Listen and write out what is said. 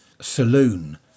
saloon